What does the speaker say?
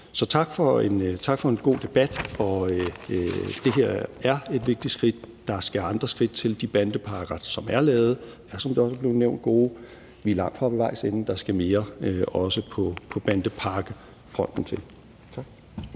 Så tak for en god debat. Det her er et vigtigt skridt. Der skal andre skridt til. De bandepakker, som er lavet, er, som det også er blevet nævnt, gode. Vi er langtfra ved vejs ende. Der skal mere til,